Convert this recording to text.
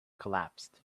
collapsed